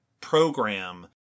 program